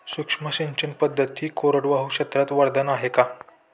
सूक्ष्म सिंचन पद्धती कोरडवाहू क्षेत्रास वरदान आहे का?